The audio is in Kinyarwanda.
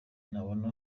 ntabona